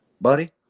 Buddy